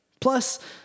Plus